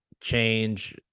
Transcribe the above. change